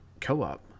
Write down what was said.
co-op